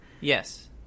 Yes